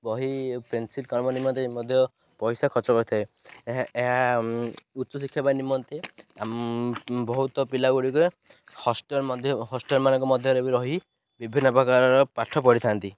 ବହି କମ ନିମନ୍ତେ ମଧ୍ୟ ପଇସା ଖର୍ଚ୍ଚ କରିଥାଏ ଏହା ଏହା ଉଚ୍ଚ ଶିକ୍ଷା ପାଇଁ ନିମନ୍ତେ ବହୁତ ପିଲା ଗୁଡ଼ିକରେ ହଷ୍ଟେଲ୍ ମଧ୍ୟ ହଷ୍ଟେଲ୍ ମାନଙ୍କ ମଧ୍ୟରେ ବି ରହି ବିଭିନ୍ନ ପ୍ରକାରର ପାଠ ପଢ଼ିଥାନ୍ତି